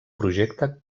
projecte